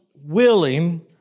willing